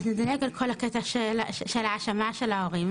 נדלג על כל הקטע של ההאשמה של ההורים